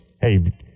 Hey